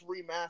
remaster